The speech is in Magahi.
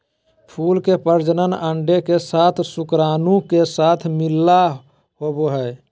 फूल के प्रजनन अंडे के साथ शुक्राणु के साथ मिलला होबो हइ